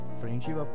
friendship